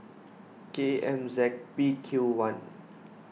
K M Z P Q one